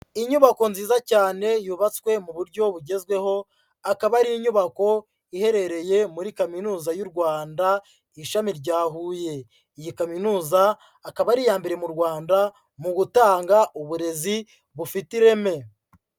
Inyubako nziza cyane yubatswe mu buryo bugezweho, akaba ari inyubako iherereye muri Kaminuza y'u Rwanda, ishami rya Huye. Iyi kaminuza akaba ari iya mbere mu Rwanda mu gutanga uburezi bufite ireme.